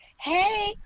Hey